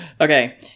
Okay